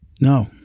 No